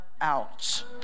out